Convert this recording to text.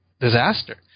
disaster